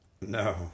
No